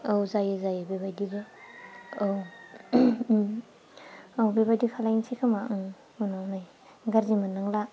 औ जायो जायो बेबायदिबो औ औ बेबायदि खालायसै खोमा उनाव नाय गाज्रि मोननांला